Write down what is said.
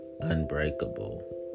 unbreakable